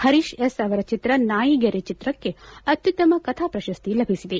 Harish S ಅವರ ಚಿತ್ರ ನಾಯಿಗೆರೆ ಚಿತ್ರಕ್ಕೆ ಅತ್ನುತ್ತಮ ಕಥಾ ಪ್ರಶಸ್ತಿ ಲಭಿಸಿದೆ